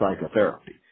psychotherapy